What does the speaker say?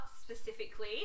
specifically